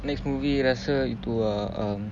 next movie rasa itu ah um